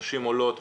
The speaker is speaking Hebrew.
נשים עולות,